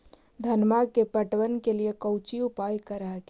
धनमा के पटबन के लिये कौची उपाय कर हखिन?